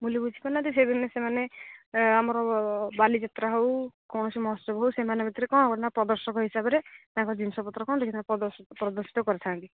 ବୁଲି ବୁଝିପାରୁନାହାନ୍ତି ସେଦିନ ସେମାନେ ଆମର ବାଲିଯାତ୍ରା ହଉ କୌଣସି ମହୋତ୍ସବ ହଉ ସେମାନେ ଭିତରେ କ'ଣ ନା ପ୍ରଦର୍ଶକ ହିସାବରେ ତାଙ୍କ ଜିନିଷପତ୍ର କ'ଣ ଥାଏ ପ୍ରଦର୍ଶିତ କରିଥାନ୍ତି